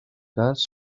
cas